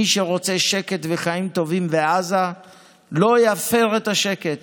מי שרוצה שקט וחיים טובים בעזה לא יפר את השקט